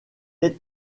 est